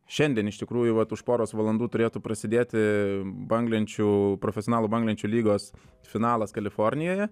šiandien iš tikrųjų vat už poros valandų turėtų prasidėti banglenčių profesionalų banglenčių lygos finalas kalifornijoje